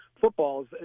footballs